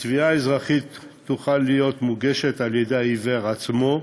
התביעה האזרחית תוכל להיות מוגשת על-ידי העיוור עצמו,